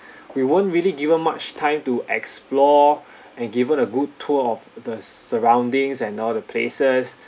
we weren't really given much time to explore and given a good tour of the surroundings and all the places